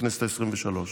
בכנסת העשרים-ושלוש.